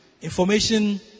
information